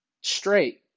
straight